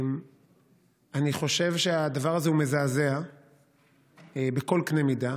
אני חושב שהדבר הזה מזעזע בכל קנה מידה.